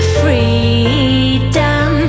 freedom